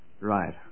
Right